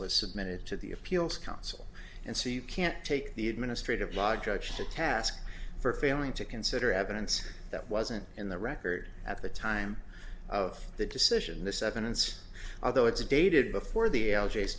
was submitted to the appeals counsel and so you can't take the administrative law judge to task for failing to consider evidence that wasn't in the record at the time of the decision this evidence although it's dated before the